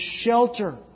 shelter